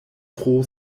tro